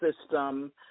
system